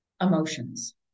emotions